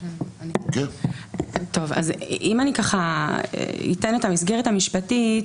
אם אני אתן את המסגרת המשפטית,